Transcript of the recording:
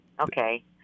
Okay